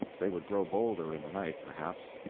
they would grow bolder in the night, perhaps.